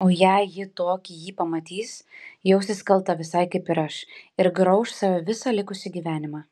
o jei ji tokį jį pamatys jausis kalta visai kaip ir aš ir grauš save visą likusį gyvenimą